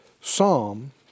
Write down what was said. Psalm